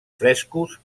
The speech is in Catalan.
frescos